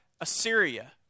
Assyria